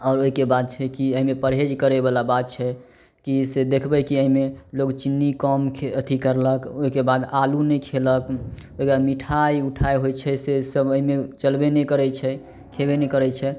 आओर ओहिके बात छै कि एहिमे परहेज करै वाला बात छै कि से देखबै कि एहिमे लोग चीनी कम एथी करलक ओहिके बाद आलू नहि खेलक ताहिके मिठाइ मिठाइ उठाइ होइ छै से सब एहिमे चलबे नहि करै छै खैबे नहि करै छै